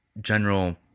general